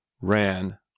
ran